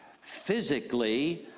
physically